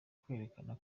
kwerekana